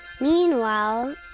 Meanwhile